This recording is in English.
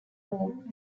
home